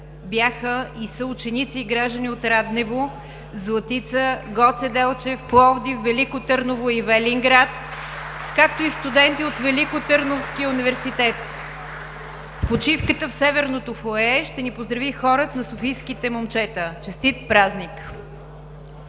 бяха и са ученици и граждани от Раднево, Златица, Гоце Делчев, Пловдив, Велико Търново и Велинград, както и студенти от Великотърновския университет. (Ръкопляскания.) В почивката в Северното фоайе ще ни поздрави Хорът на софийските момчета. Честит празник!